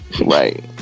Right